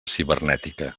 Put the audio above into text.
cibernètica